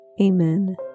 Amen